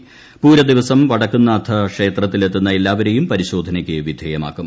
്പൂരദിവസം വടക്കുനാഥ ക്ഷേത്രത്തിൽ എത്തുന്ന എല്ലാവരേയും പരിശോധനയ്ക്ക് വിധേയമാക്കും